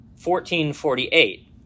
1448